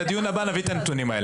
לדיון הבא תביאו נתונים.